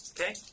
Okay